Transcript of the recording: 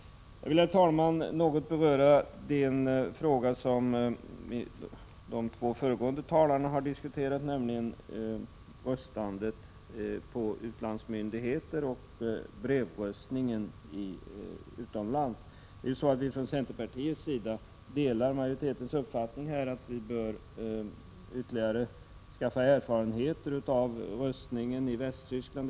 Jag vill, herr talman, något beröra den fråga som de två föregående talarna har diskuterat, nämligen röstning hos utlandsmyndigheter och brevröstning utomlands. Från centerpartiets sida delar vi majoritetens uppfattning att vi bör skaffa oss ytterligare erfarenheter, t.ex. från röstning i Västtyskland.